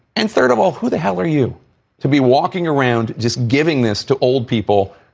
and third of all, who the hell are you to be walking around just giving this to old people?